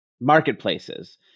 marketplaces